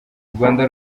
rwanda